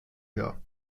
her